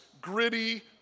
gritty